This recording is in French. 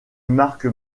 marque